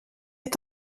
est